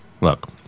Look